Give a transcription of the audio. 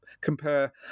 compare